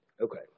Okay